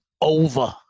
over